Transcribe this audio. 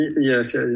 Yes